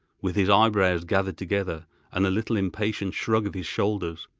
with his eyebrows gathered together and a little impatient shrug of his shoulders.